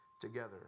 together